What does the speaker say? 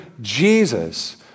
jesus